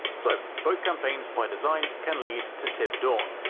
so, both campaigns by design can lead to tib dawn,